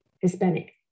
hispanic